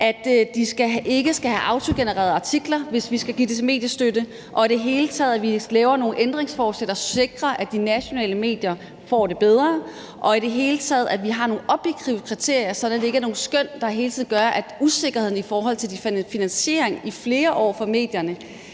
at de ikke må have autogenererede artikler, hvis de skal have mediestøtte, og i det hele taget, at vi laver nogle ændringsforslag, der sikrer, at de nationale medier får det bedre, og at vi har nogle objektive kriterier, sådan at det ikke hele tiden er nogle skøn, hvilket gør, at usikkerheden i forhold til finansiering i flere år for medierne